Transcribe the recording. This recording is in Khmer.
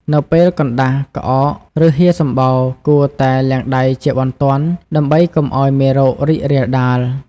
នៅពេលកណ្តាស់ ក្អក ឬហៀរសំបោរ គួរតែលាងដៃជាបន្ទាន់ដើម្បីកុំឱ្យមេរោគរីករាលដាល។